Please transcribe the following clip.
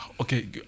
okay